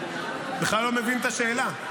אני בכלל לא מבין את השאלה.